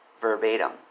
verbatim